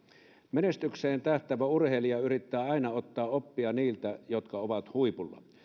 menestykseen tähtäävä urheilija yrittää aina ottaa oppia niiltä jotka ovat huipulla